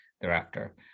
thereafter